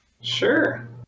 Sure